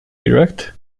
direct